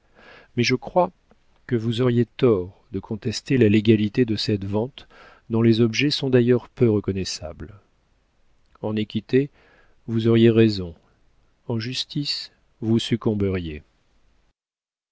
mais je crois que vous auriez tort de contester la légalité de cette vente dont les objets sont d'ailleurs peu reconnaissables en équité vous auriez raison en justice vous succomberiez